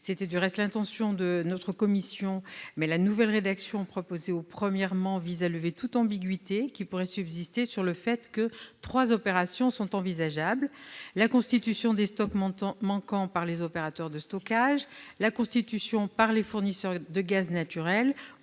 C'était du reste l'intention de notre commission, mais la nouvelle rédaction proposée pour le 9°de l'article 4 lève toute ambiguïté qui pourrait subsister sur le fait que trois options sont envisageables : la constitution des stocks manquants par les opérateurs de stockage ; leur constitution par les fournisseurs de gaz naturel